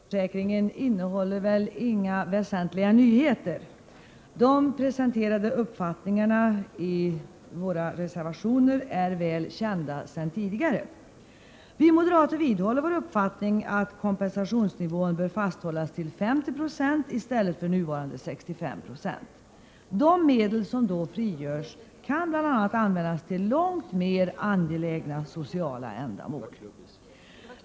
Herr talman! Det här betänkandet rörande delpensionsförsäkringen innehåller väl inga väsentliga nyheter. De uppfattningar som presenteras i våra reservationer är kända sedan tidigare. Vi moderater vidhåller vår uppfattning att kompensationsnivån bör fastställas till 50 96 i stället för nuvarande 65 90. De medel som då frigörs kan användas till långt mer angelägna sociala ändamål.